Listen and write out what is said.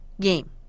game